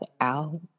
out